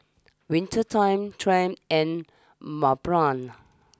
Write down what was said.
Winter time Triumph and Mont Blanc